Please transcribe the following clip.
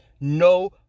no